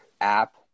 app